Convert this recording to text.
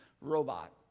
robot